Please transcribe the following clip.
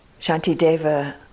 Shantideva